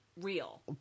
real